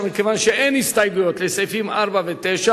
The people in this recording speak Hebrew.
אם כן, גם ההסתייגות לחלופין לא נתקבלה.